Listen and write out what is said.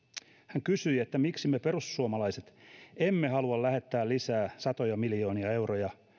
hän kysyi miksi me perussuomalaiset emme halua lähettää lisää satoja miljoonia euroja